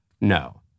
No